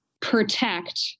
protect